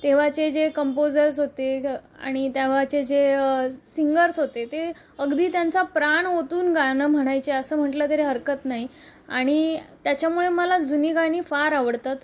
तेव्हाचे जे कम्पोझर्स होते ग आणि तेव्हाचे जे सिंगर्स होते ते अगदी त्यांचा प्राण ओतून गाणं म्हणायचे असं म्हंटलं तरी हरकत नाही आणि त्याच्यामुळे मला जुनी गाणी फार आवडतात